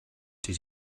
did